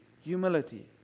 Humility